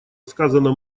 сказано